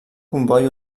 comboi